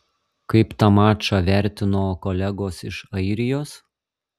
kaip tą mačą vertino kolegos iš airijos